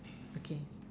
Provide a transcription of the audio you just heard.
okay